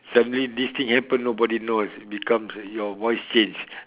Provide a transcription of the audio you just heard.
suddenly this thing happen nobody knows becomes your voice change